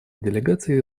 делегаций